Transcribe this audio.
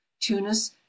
Tunis